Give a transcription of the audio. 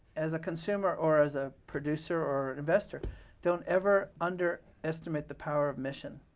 as a consumer, or as a producer, or an investor don't ever underestimate the power of mission,